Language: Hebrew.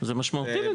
זה משמעותי.